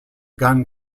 gun